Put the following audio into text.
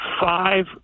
five